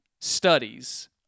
studies